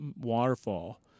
waterfall